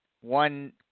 One